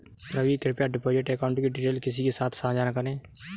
रवि, कृप्या deposit account की details किसी के साथ सांझा न करें